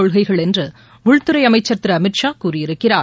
கொள்கைகள் என்று உள்துறை அமைச்சர் திரு அமித்ஷா கூறியிருக்கிறார்